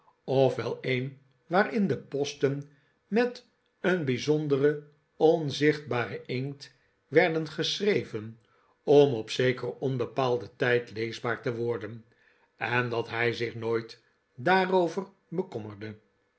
wel een waarin de posten met een bijzonderen onzichtbaren inkt werden geschreven om op zekeren onbepaalden tijd leesbaar te worden en dat hij zich nooit daarover bekommerde